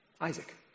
Isaac